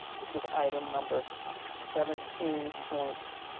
which is item number so seventeen point,